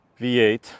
V8